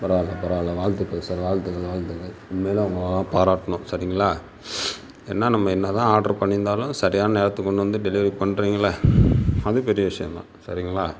பரவாயில்ல பரவாயில்ல வாழ்த்துக்கள் சார் வாழ்த்துக்கள் வாழ்த்துக்கள் இனிமேலும் உங்களல்லாம் பாராட்டணும் சரிங்களா ஏன்னா நம்ம என்னதான் ஆர்டர் பண்ணியிருந்தாலும் சரியான நேரத்துக்கு கொண்டு வந்து டெலிவரி பண்றிங்கள்ல அது பெரிய விஷயந்தான் சரிங்களா